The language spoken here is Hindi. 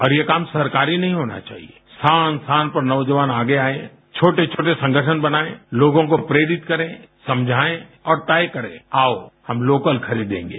और ये काम सरकारी नहीं होना चाहिए स्थान स्थान पर नौजवान आगे आएं छोटे छोटे संगठन बनायें लोगों को प्रेरित करें समझाएं और तय करें आओ हम लोकल खरीदेंगे